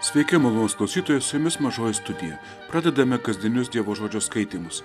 sveiki malonūs klausytojai su jumis mažoji studija pradedame kasdienius dievo žodžio skaitymus